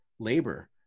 labor